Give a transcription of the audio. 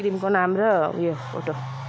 क्रिमको नाम र ऊ यो फोटो